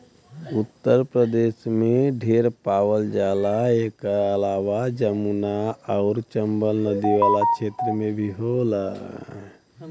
उत्तर प्रदेश में ढेर पावल जाला एकर अलावा जमुना आउर चम्बल नदी वाला क्षेत्र में भी होला